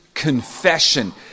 confession